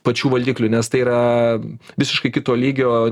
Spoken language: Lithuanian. pačių valdiklių nes tai yra visiškai kito lygio